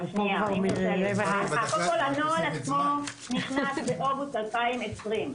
הנוהל עצמו נכנס באוגוסט 2020,